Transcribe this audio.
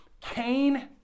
Cain